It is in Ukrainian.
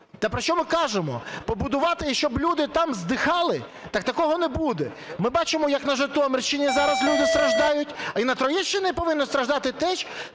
Те, про що ми кажемо. Побудувати, щоб люди там здихали. Так такого не буде. Ми бачимо, як на Житомирщині зараз люди страждають. І на Троєщині повинні страждати теж?